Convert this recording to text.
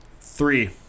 Three